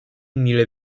mile